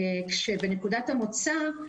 בנקודת המוצא,